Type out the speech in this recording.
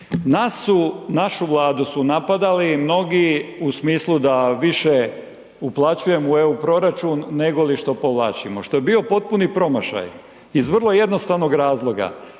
podvući, našu Vladu su napadali mnogi u smislu da više uplaćujemo u EU proračun, nego li što povlačimo, što je bio potpuni promašaj iz vrlo jednostavnog razloga,